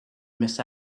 miss